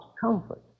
comfort